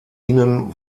ihnen